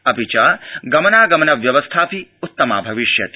अपि च गमनागमन व्यवस्थापि उत्तमा भविष्यति